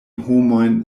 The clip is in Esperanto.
homojn